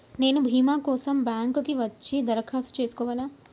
నేను భీమా కోసం బ్యాంక్కి వచ్చి దరఖాస్తు చేసుకోవాలా?